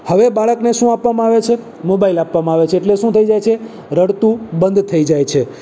હવે બાળકને શું આપવામાં આવે છે મોબાઈલ આપવામાં આવે છે એટલે શું થઈ જાય છે રડતું બંધ થઈ જાય છે